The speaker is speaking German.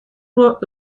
nur